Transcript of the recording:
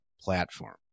platform